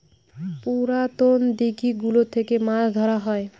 পুরাতন দিঘি গুলো থেকে মাছ ধরা হয়